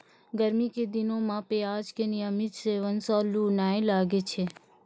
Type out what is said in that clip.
गर्मी के दिनों मॅ प्याज के नियमित सेवन सॅ लू नाय लागै छै